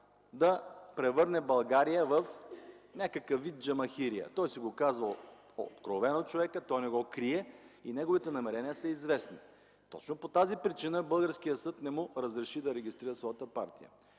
да превърне България в някакъв вид джамахирия. Човекът си го казва откровено, той не го крие и неговите намерения са известни. Точно по тази причина българският съд не му разреши да регистрира своята партия.